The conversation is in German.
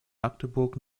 magdeburg